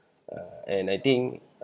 err and I think